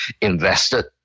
invested